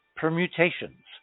permutations